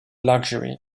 luxury